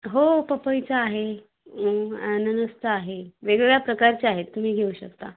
हो पपईचा आहे अननसचा आहे वेगवेगळ्या प्रकारच्या आहेत तुम्ही घेऊ शकता